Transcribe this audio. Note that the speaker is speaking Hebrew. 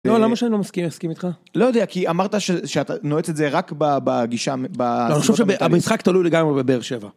לא למה שאני לא מסכים להסכים איתך לא יודע כי אמרת שאתה נועץ את זה רק בגישה המשחק תלוי לגמרי בבאר שבע